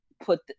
put